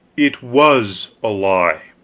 it was a lie.